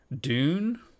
Dune